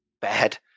bad